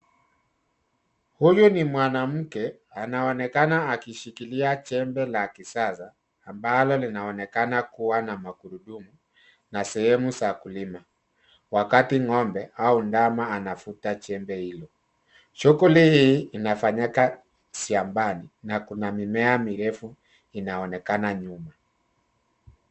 Huyu ni mwanamke anaonekana akishikilia jembe la kisasa, ambalo linaonekana kuwa na magurudumu na sehemu za kulima. Wakati ng'ombe au ndama anavuta jembe hilo. Shughuli hii inafanyika shambani na kuna mimea mirefu inaonekana nyuma.